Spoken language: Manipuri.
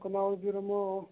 ꯀꯅꯥ ꯑꯣꯏꯕꯤꯔꯃꯣ